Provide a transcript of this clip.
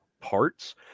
parts